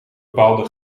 bepaalde